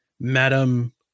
Madam